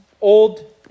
old